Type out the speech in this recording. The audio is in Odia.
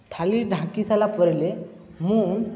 ଥାଳି ଢାଙ୍କି ସାରିଲା ପରେ ମୁଁ